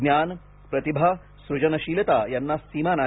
ज्ञान प्रतिभा सृजनशीलता यांना सीमा नाही